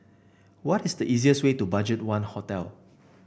what is the easiest way to BudgetOne Hotel